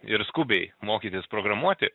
ir skubiai mokytis programuoti